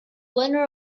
winner